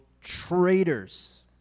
traitors